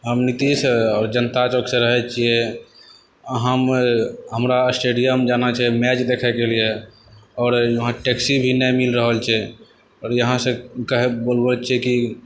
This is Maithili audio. हम नीतिश आओर जनता चौकसँ रहै छिए हम हमरा स्टेडियम जाना छै मैच देखैके लिए आओर वहाँ टैक्सी भी नहि मिल रहल छै आओर यहाँसँ कैब बोलबै छिए कि